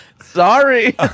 Sorry